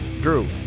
Drew